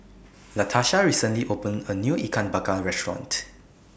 Latarsha recently opened A New Ikan Bakar Restaurant